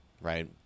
Right